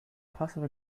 passive